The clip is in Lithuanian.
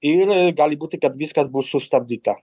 ir gali būti kad viskas bus sustabdyta